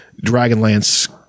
Dragonlance